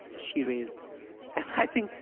she raised i think,